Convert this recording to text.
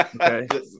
Okay